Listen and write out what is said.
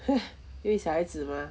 !huh! 因为小孩子嘛